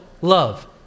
love